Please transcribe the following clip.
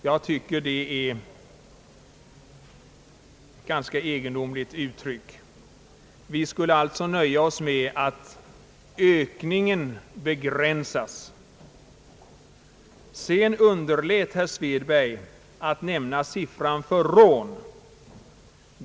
Jag tycker att det är ett ganska egendomligt uttryck. Vi skulle alltså nöja oss med att ökningen »begränsas». Herr Svedberg underlät vidare att nämna siffran för rån.